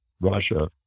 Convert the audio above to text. Russia